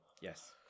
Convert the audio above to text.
Yes